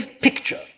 picture